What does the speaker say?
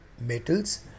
metals